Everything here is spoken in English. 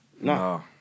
No